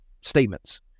statements